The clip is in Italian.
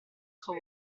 suo